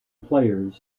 players